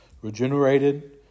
regenerated